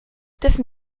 dürfen